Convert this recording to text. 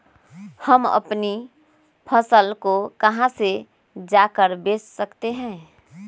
हम अपनी फसल को कहां ले जाकर बेच सकते हैं?